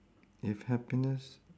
if happiness